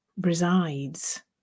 resides